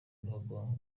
bihugu